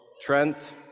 Trent